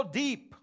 deep